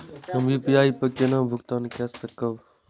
हम यू.पी.आई पर भुगतान केना कई सकब?